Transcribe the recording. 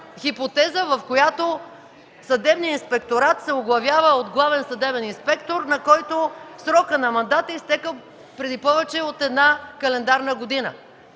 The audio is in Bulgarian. хипотеза, в която съдебният Инспекторат се оглавява от главен съдебен инспектор, на който срокът на мандата е изтекъл преди повече от една календарна година.